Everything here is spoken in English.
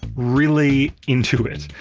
really into it.